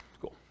cool